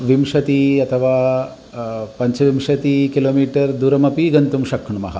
विंशति अथवा पञ्चविंशति किलोमीटर् दूरमपि गन्तुं शक्नुमः